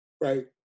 Right